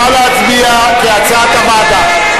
כהצעת הוועדה.